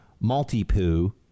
multi-poo